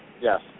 Yes